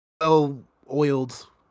well-oiled